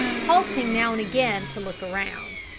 halting now and again to look around.